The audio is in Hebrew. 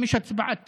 אם יש הצבעת תקציב,